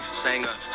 singer